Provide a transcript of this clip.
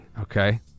okay